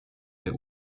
der